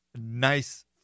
nice